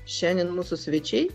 šiandien mūsų svečiai